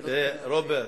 רוברט,